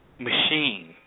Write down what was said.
machine